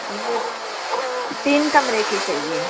हमको तीन कमरे की चाहिए